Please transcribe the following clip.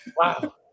Wow